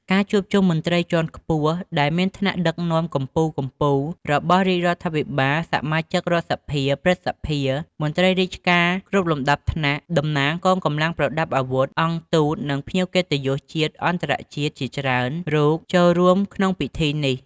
ការជួបជុំមន្ត្រីជាន់ខ្ពស់ ដែលមានថ្នាក់ដឹកនាំកំពូលៗរបស់រាជរដ្ឋាភិបាល សមាជិករដ្ឋសភា ព្រឹទ្ធសភា មន្ត្រីរាជការគ្រប់លំដាប់ថ្នាក់ តំណាងកងកម្លាំងប្រដាប់អាវុធ អង្គទូត និងភ្ញៀវកិត្តិយសជាតិ-អន្តរជាតិជាច្រើនរូបចូលរួមក្នុងពិធីនេះ។